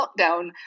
lockdown